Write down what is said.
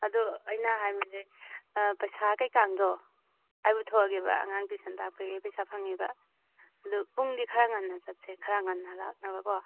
ꯑꯗꯨ ꯑꯩꯅ ꯍꯥꯏꯕꯁꯦ ꯄꯩꯁꯥ ꯀꯩꯀꯥꯗꯣ ꯑꯩ ꯄꯨꯊꯣꯛꯑꯒꯦꯕ ꯑꯉꯥꯡ ꯇꯨꯏꯁꯟ ꯇꯥꯛꯄꯒꯤ ꯄꯩꯁꯥ ꯐꯪꯉꯦꯕ ꯑꯗꯣ ꯄꯨꯡꯗꯤ ꯈꯔꯥ ꯉꯟꯅ ꯆꯠꯁꯦ ꯈꯔ ꯉꯟꯅ ꯍꯂꯛꯅꯕ ꯀꯣ